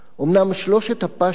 אומנם "שלושת הפשות",